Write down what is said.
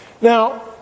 Now